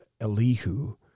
Elihu